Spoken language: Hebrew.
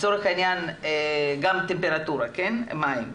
לצורך העניין גם טמפרטורת המים.